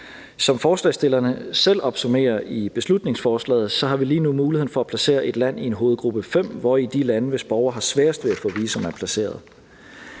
Som forslagsstillerne selv opsummerer i beslutningsforslaget, har vi lige nu mulighed for at placere et land i en hovedgruppe 5, hvori de lande, hvis borgere har sværest ved at få visum, er placeret.